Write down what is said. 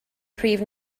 prif